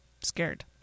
scared